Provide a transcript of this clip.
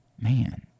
Man